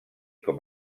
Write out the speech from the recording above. com